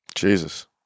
Jesus